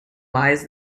lies